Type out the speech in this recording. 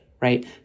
right